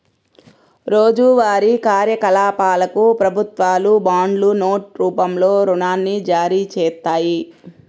రోజువారీ కార్యకలాపాలకు ప్రభుత్వాలు బాండ్లు, నోట్ రూపంలో రుణాన్ని జారీచేత్తాయి